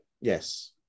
Yes